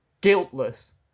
guiltless